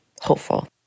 hopeful